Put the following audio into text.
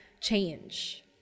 change